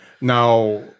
Now